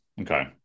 Okay